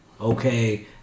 okay